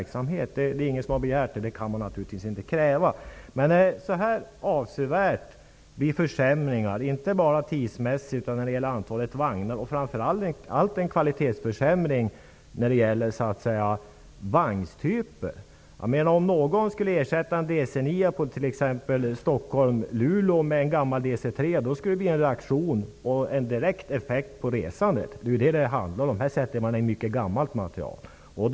Det antydde också Mats Odell. Det är ingen som har begärt det. Det kan man naturligtvis inte kräva. Men det har blivit avsevärda försämringar, inte bara tidsmässigt utan även när det gäller antalet vagnar. Det handlar framför allt om en kvalitetsförsämring när det gäller vagnstyper. Om någon skulle ersätta en DC 9:a på t.ex. sträckan Stockholm--Luleå med en gammal DC 3:a skulle det bli en reaktion och en direkt effekt på resandet. Det är vad det handlar om. Man sätter in mycket gammalt material här.